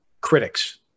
critics